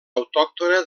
autòctona